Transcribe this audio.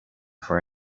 for